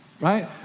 right